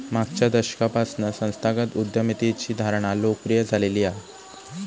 मागच्या दशकापासना संस्थागत उद्यमितेची धारणा लोकप्रिय झालेली हा